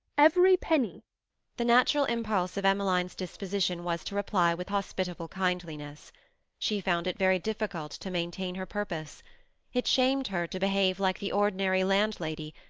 every penny the natural impulse of emmeline's disposition was to reply with hospitable kindliness she found it very difficult to maintain her purpose it shamed her to behave like the ordinary landlady,